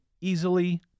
easily